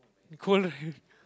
hold her hand